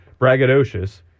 braggadocious